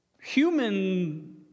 human